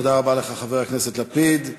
תודה רבה לך, חבר הכנסת לפיד.